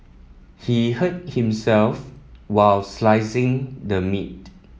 he hurt himself while slicing the meat